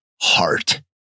heart